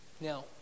Now